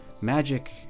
magic